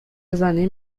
زنی